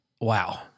wow